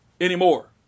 anymore